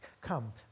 come